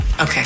Okay